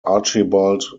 archibald